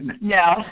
No